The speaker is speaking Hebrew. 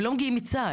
הם לא מגיעים מצה"ל.